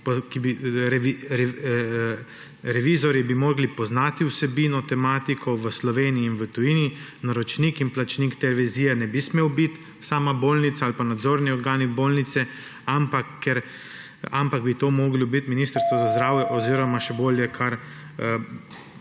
Revizorji bi morali poznati vsebino, tematiko v Sloveniji in v tujini, naročnik in plačnik ter revizije ne bi smela biti sama bolnica ali pa nadzorni organi bolnice, ampak bi to moralo biti Ministrstvo za zdravje oziroma še bolje kar